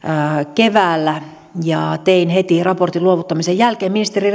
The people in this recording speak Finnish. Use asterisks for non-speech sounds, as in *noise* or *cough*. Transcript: keväällä ja tein heti raportin luovuttamisen jälkeen ministeri *unintelligible*